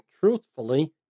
Truthfully